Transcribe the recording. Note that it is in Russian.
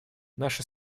наша